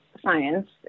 science